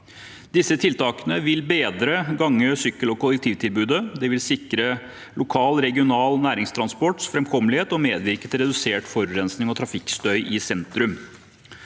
Disse tiltakene vil bedre gang-, sykkel- og kollektivtilbudet, sikre lokal, regional og næringstransportens framkommelighet og medvirke til redusert forurensing og trafikkstøy i sentrum.